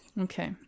Okay